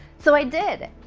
so i did.